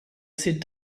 sit